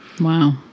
Wow